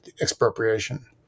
expropriation